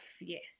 Yes